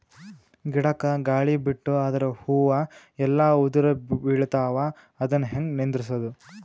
ಗಿಡಕ, ಗಾಳಿ ಬಿಟ್ಟು ಅದರ ಹೂವ ಎಲ್ಲಾ ಉದುರಿಬೀಳತಾವ, ಅದನ್ ಹೆಂಗ ನಿಂದರಸದು?